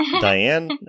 Diane